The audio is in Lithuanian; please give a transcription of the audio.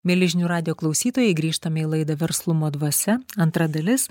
mieli žinių radijo klausytojai grįžtame į laidą verslumo dvasia antra dalis